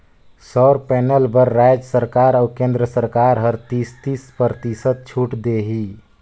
सउर पैनल बर रायज सरकार अउ केन्द्र सरकार हर तीस, तीस परतिसत छूत देही